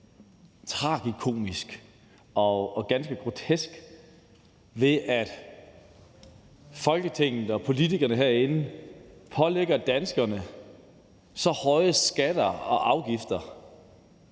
tragikomisk og ganske grotesk ved, at Folketinget og politikerne herinde pålægger danskerne så høje skatter og afgifter,